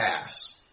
pass